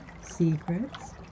Secrets